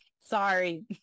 Sorry